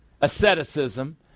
asceticism